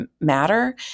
matter